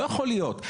לא יכול להיות.